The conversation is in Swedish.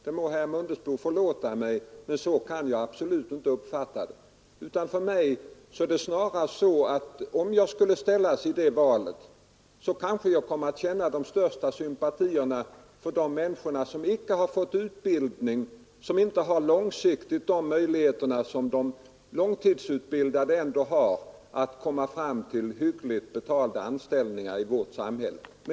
Det må herr Mundebo förlåta mig, men så kan jag absolut inte uppfatta det. För mig är det snarast så att om jag skulle ställas inför ett val så kanske jag skulle känna de största sympatierna för de människor som inte har fått utbildning och som långsiktigt inte har de möjligheter som de långtidsutbildade ändå har att komma fram till hyggligt betalda anställningar i vårt samhälle.